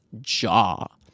jaw